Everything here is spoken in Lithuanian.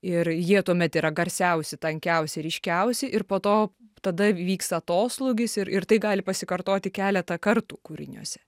ir jie tuomet yra garsiausi tankiausi ryškiausi ir po to tada vyksta atoslūgis ir ir tai gali pasikartoti keletą kartų kūriniuose